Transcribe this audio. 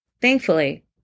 Thankfully